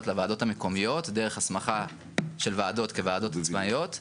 לוועדות המקומיות דרך הסמכה של ועדות כוועדות עצמאיות.